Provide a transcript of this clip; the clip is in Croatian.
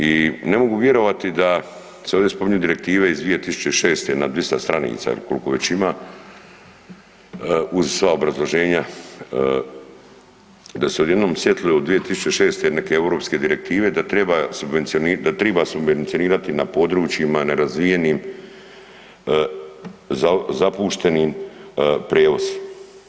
I ne mogu virovati da se ovdje spominju Direktive iz 2006. na 200 stranica ili kolko već ima uz sva obrazloženja, da su se odjednom sjetili 2006. neke europske direktive da treba, da triba subvencionirati na područjima nerazvijenim zapuštenim prijevoz.